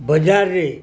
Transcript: ବଜାରରେ